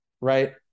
right